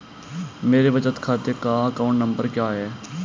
मेरे बचत खाते का अकाउंट नंबर क्या है?